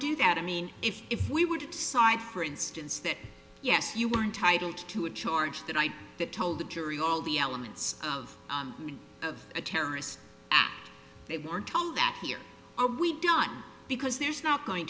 do that i mean if if we would have signed for instance that yes you were entitled to a charge that i that told the jury all the elements of of a terrorist act they were told that here are we done because there's not going